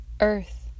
earth